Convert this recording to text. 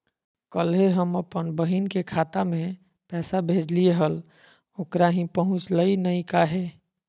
कल्हे हम अपन बहिन के खाता में पैसा भेजलिए हल, ओकरा ही पहुँचलई नई काहे?